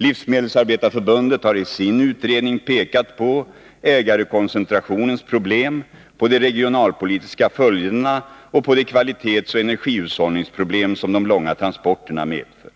Livsmedelsarbetareförbundet har i sin utredning pekat på ägarkoncentrationens problem, på de regionalpolitiska följderna och på de kvalitetsoch energihushållningsproblem som de långa transporterna medför.